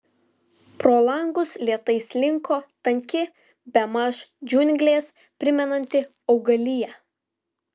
pro langus lėtai slinko tanki bemaž džiungles primenanti augalija